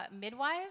midwives